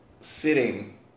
sitting